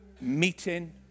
meeting